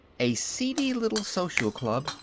a seedy little social club,